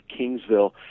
Kingsville